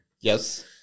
Yes